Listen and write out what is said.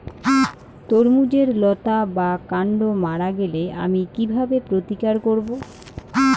তরমুজের লতা বা কান্ড মারা গেলে আমি কীভাবে প্রতিকার করব?